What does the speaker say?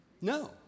No